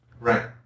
Right